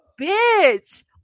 Bitch